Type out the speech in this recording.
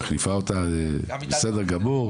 בסדר גמור.